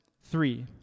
three